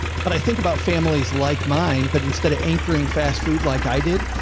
but i think about families like mine, but instead of anchoring fast food, like i did,